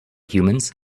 humans